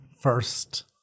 first